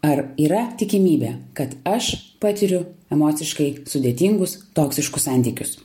ar yra tikimybė kad aš patiriu emociškai sudėtingus toksiškus santykius